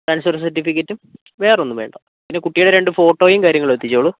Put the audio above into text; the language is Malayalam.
ട്രാൻസ്ഫർ സർട്ടിഫിക്കറ്റും വേറൊന്നും വേണ്ട പിന്നെ കുട്ടീടെ രണ്ടു ഫോട്ടോയും കാര്യങ്ങളും എത്തിച്ചോളൂ